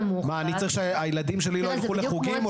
אני צריך שהילדים שלי לא ילכו לחוגים או